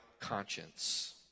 conscience